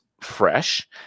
fresh